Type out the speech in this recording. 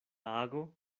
ago